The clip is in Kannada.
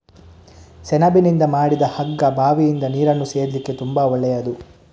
ಸೆಣಬಿನಿಂದ ಮಾಡಿದ ಹಗ್ಗ ಬಾವಿಯಿಂದ ನೀರನ್ನ ಸೇದ್ಲಿಕ್ಕೆ ತುಂಬಾ ಒಳ್ಳೆಯದು